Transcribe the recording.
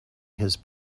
his